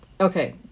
Okay